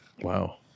Wow